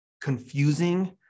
confusing